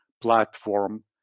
Platform